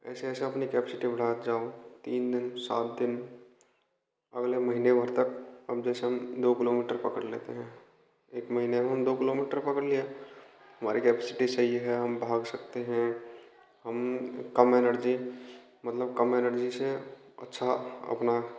ऐसे ऐसे अपनी कैपेसिटी बढ़ाते जाओ तीन दिन सात दिन अगले महीने भर तक कम से कम दो किलोमीटर पकड़ लेते हैं एक महीने में हम दो किलोमीटर पकड़ लिए है हमारी कैपेसिटी सही है हम भाग सकते हैं हम कम एनर्जी मतलब कम एनर्जी से अच्छा अपना